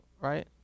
Right